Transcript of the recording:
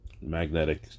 magnetic